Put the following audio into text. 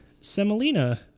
semolina